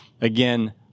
Again